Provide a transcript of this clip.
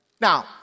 Now